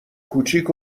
کوچیک